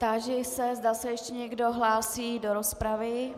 Táži se, zda se ještě někdo hlásí do rozpravy.